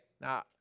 now